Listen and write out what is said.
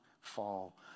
fall